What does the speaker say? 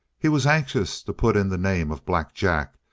he was anxious to put in the name of black jack,